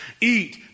eat